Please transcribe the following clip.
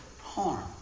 harm